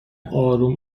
آروم